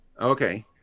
Okay